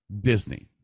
Disney